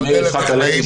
-- למאיר יצחק הלוי,